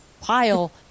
pile